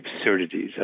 absurdities